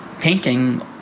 painting